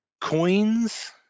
coins